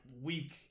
week